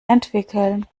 entwickeln